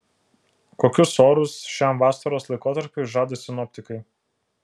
kokius orus šiam vasaros laikotarpiui žada sinoptikai